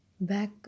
Back